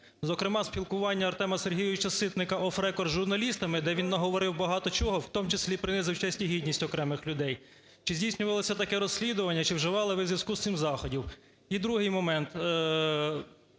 зокрема спілкування Артема Сергійовича Ситника off the record з журналістами, де він наговорив багато чого, у тому числі принизив честь і гідність окремих людей. Чи здійснювалося таке розслідування? Чи вживали ви у зв'язку з цим заходів? І другий момент.